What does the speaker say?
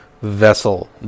vessel